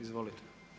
Izvolite.